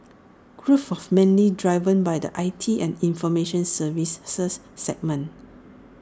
growth was mainly driven by the I T and information services segment